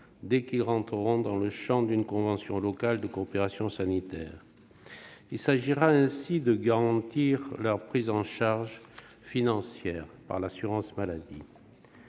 lors qu'ils rentreront dans le champ d'une convention locale de coopération sanitaire. Il s'agira ainsi de garantir leur prise en charge financière par l'assurance maladie.